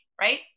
right